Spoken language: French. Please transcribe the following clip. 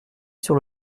sur